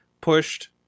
pushed